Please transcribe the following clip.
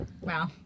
Wow